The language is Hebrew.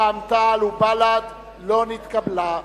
רע"ם-תע"ל ובל"ד לא נתקבלה.